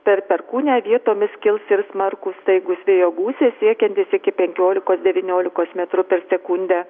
per perkūniją vietomis kils ir smarkūs staigūs vėjo gūsiai siekiantys iki penkiolikos devyniolikos metrų per sekundę